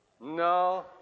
No